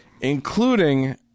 including